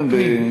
ועדת הפנים.